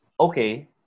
okay